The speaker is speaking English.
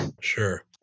Sure